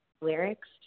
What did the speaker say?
lyrics